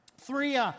three